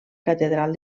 catedral